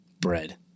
bread